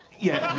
yeah,